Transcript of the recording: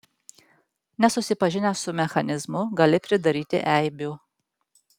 nesusipažinęs su mechanizmu gali pridaryti eibių